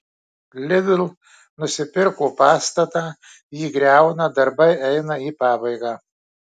lidl nusipirko pastatą jį griauna darbai eina į pabaigą